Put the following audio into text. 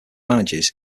manages